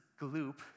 Gloop